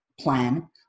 plan